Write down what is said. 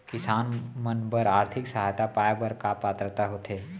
किसान मन बर आर्थिक सहायता पाय बर का पात्रता होथे?